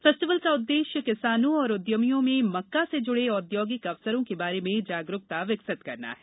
festival का उद्देश्य किसानों और उद्यमियों में मका से जुड़े औद्योगिक अवसरों के बारे में जागरुकता विकसित करना है